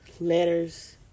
letters